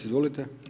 Izvolite.